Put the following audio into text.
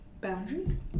boundaries